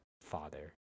father